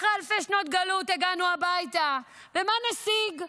אחרי אלפי שנות גלות הגענו הביתה, ומה נשיג?